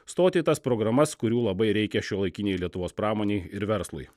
stoti į tas programas kurių labai reikia šiuolaikinei lietuvos pramonei ir verslui